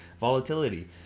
volatility